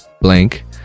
blank